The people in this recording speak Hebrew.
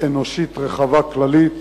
אנושית רחבה כללית,